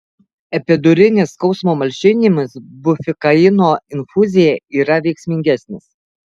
epidurinis skausmo malšinimas bupivakaino infuzija yra veiksmingesnis